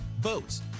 boats